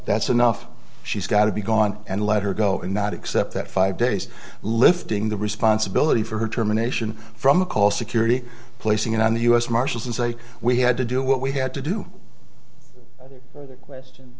that's enough she's got to be gone and let her go and not accept that five days lifting the responsibility for her terminations from a call security placing it on the u s marshals and say we had to do what we had to do question